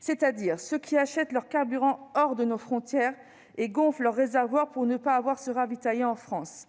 c'est-à-dire de ceux qui achètent leur carburant hors de nos frontières et gonflent leurs réservoirs pour ne pas avoir à se ravitailler en France.